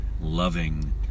loving